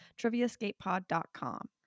TriviaSkatePod.com